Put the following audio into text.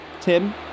Tim